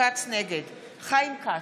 נגד חיים כץ,